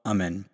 Amen